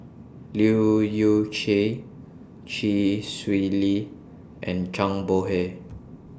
Leu Yew Chye Chee Swee Lee and Zhang Bohe